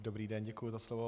Dobrý den, děkuji za slovo.